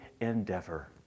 endeavor